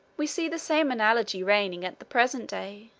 we see the same analogy reigning at the present day,